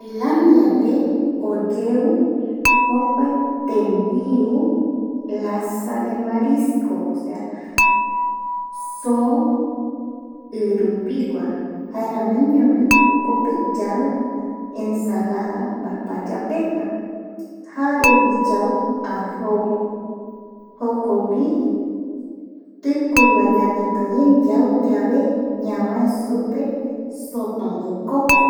Tailandiape oyeu jokuae tembiu lasa de marisco soo i rupigua jaeramiñovi jokope yau ensalada mbapaya pegua jarevi yau arroz jokogui tikuivae ñanekirei yau yave ñavae supe sopa de coco